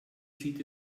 sieht